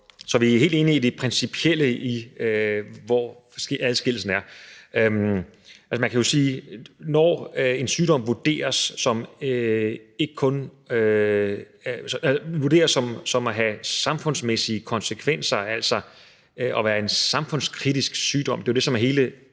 Vi er helt enige i det principielle i, hvor adskillelsen er. Man kan jo sige, at når en sygdom vurderes til at have samfundsmæssige konsekvenser og være en samfundskritisk sygdom – det er det, som er hele